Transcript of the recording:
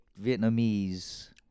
Vietnamese